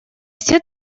все